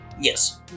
Yes